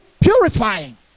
purifying